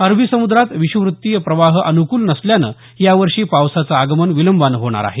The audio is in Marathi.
अरबी समुद्रात विषुवृत्तीय प्रवाह अनुकूल नसल्यामुळे यावर्षी पावसाचं आगमन विलंबानं होणार आहे